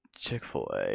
chick-fil-a